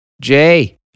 Jay